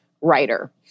writer